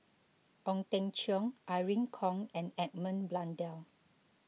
Ong Teng Cheong Irene Khong and Edmund Blundell